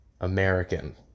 American